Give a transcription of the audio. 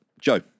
Joe